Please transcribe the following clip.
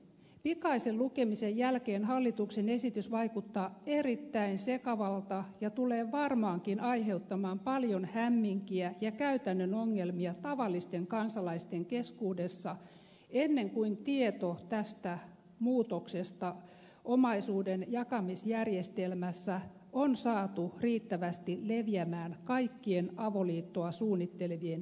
pikaisen lukemisen jälkeen hallituksen esitys vaikuttaa erittäin sekavalta ja se tulee varmaankin aiheuttamaan paljon hämminkiä ja käytännön ongelmia tavallisten kansalaisten keskuudessa ennen kuin tieto tästä muutoksesta omaisuuden jakamisjärjestelmässä on saatu riittävästi leviämään kaikkien avoliittoa suunnittelevien tietoisuuteen